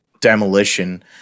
demolition